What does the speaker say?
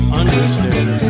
understand